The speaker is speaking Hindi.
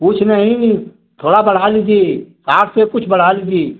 कुछ नहीं थोड़ा बढ़ा लीजिए साठ से कुछ बढ़ा लीजिए